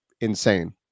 insane